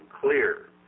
clear